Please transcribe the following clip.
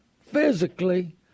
physically